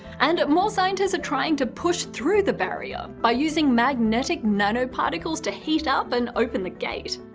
and more scientists are trying to push through the barrier, by using magnetic nanoparticles to heat up and open the gate.